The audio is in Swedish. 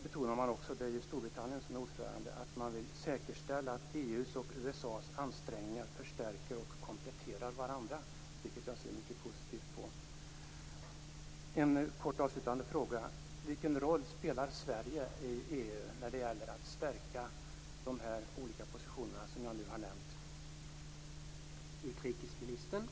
Storbritannien är ordförandeland, och det framgår att man vill säkerställa att EU:s och USA:s ansträngningar förstärker och kompletterar varandra, vilket jag ser positivt på. En kort avslutande fråga: Vilken roll spelar Sverige i EU när det gäller att stärka de olika positioner jag har nämnt?